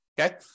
Okay